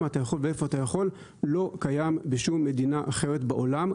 אתה יכול ואיפה אתה יכול לא קיים בשום מדינה אחרת בעולם.